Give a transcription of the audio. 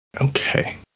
Okay